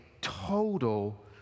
total